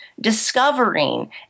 Discovering